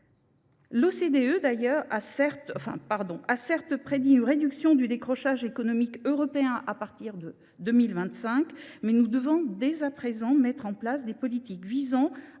L’OCDE a, certes, prédit une réduction du décrochage économique européen à partir de 2025, mais nous devons dès à présent mettre en place des politiques visant à